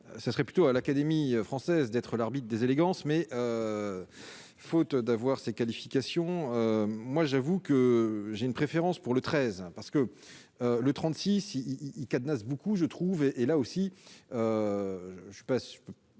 ça serait plutôt à l'Académie française, d'être l'arbitre des élégances, mais faute d'avoir ces qualifications moi j'avoue que j'ai une préférence pour le 13 parce que le 36 ils cadenassent beaucoup je trouve, et là aussi je sais pas,